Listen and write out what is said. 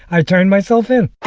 i turned myself in